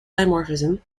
dimorphism